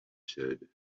said